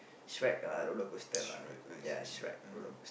Shrek uh roller-coaster lah ya Shrek roller coast~